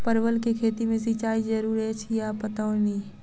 परवल केँ खेती मे सिंचाई जरूरी अछि या पटौनी?